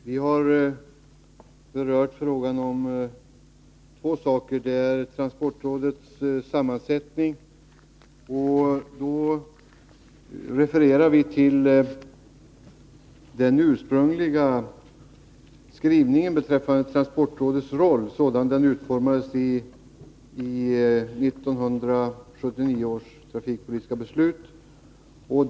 Herr talman! Vi har berört två frågor, och den ena gäller transportrådets sammansättning. Vi refererar till den ursprungliga skrivningen beträffande transportrådets roll sådan den utformades i 1979 års trafikpolitiska beslut.